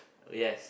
yes